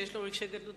שיש לו רגשי גדלות,